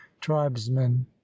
tribesmen